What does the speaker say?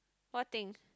what thing